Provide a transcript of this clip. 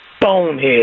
bonehead